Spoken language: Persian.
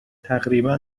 تقریبا